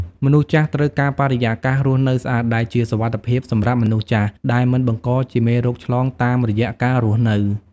មនុស្សចាស់ត្រូវការបរិយកាសរស់នៅស្អាតដែលជាសុវត្ថិភាពសម្រាប់មនុស្សចាស់ដែលមិនបង្កជាមេរោគឆ្លងតាមរយៈការរស់នៅ។